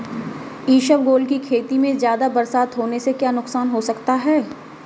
इसबगोल की खेती में ज़्यादा बरसात होने से क्या नुकसान हो सकता है?